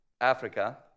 Africa